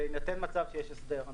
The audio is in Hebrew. בהינתן מצב שיש הסדר,